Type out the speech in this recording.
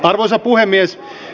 arvoisa puhemies